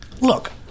look